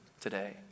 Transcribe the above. today